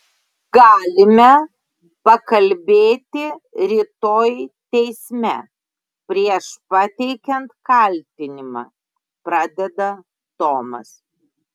galime pakalbėti rytoj teisme prieš pateikiant kaltinimą pradeda tomas